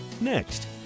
next